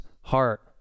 heart